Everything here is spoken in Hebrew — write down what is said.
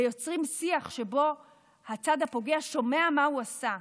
ויוצרים שיח שבו הצד הפוגע שומע מה הוא עשה,